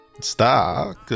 star